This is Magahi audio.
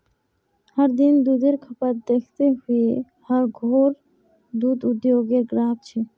हर दिन दुधेर खपत दखते हुए हर घोर दूध उद्द्योगेर ग्राहक छे